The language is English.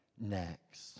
next